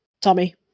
Tommy